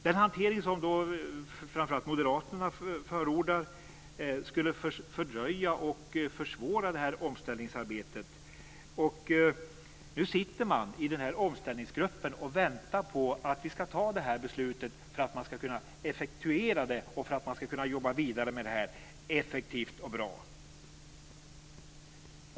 Den hantering som framför allt Moderaterna förordar skulle fördröja och försvåra omställningsarbetet. Nu sitter man i omställningsgruppen och väntar på att vi ska fatta det här beslutet för att man ska kunna effektuera det och jobba vidare med det här effektivt och bra.